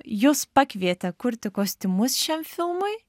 jus pakvietė kurti kostiumus šiam filmui